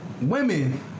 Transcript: women